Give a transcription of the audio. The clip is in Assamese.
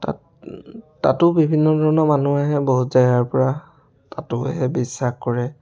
তাত তাতো বিভিন্ন ধৰণৰ মানুহ আহে বহুত জেগাৰ পৰা তাতো আহে বিশ্বাস কৰে